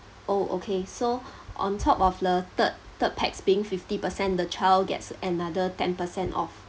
oh okay so on top of the third third pax being fifty percent the child gets another ten percent off